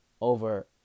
over